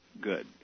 good